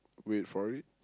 wait for it